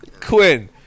Quinn